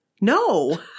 No